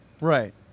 right